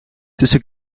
tussen